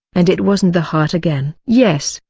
and it wasn't the heart again. yes,